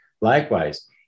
Likewise